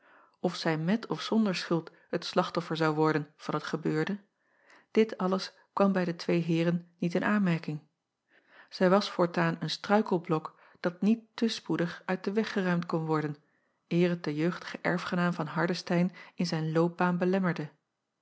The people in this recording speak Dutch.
of zij met of zonder schuld het slachtoffer zou worden van het gebeurde dit alles kwam bij de twee heeren niet in aanmerking zij was voortaan een struikelblok dat niet te spoedig uit den weg geruimd kon worden eer het den jeugdigen erfgenaam van ardestein in zijn loopbaan belemmerde